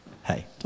Hey